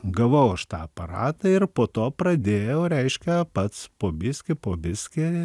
gavau aš tą aparatą ir po to pradėjau reiškia pats po biskį po biskį